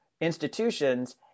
institutions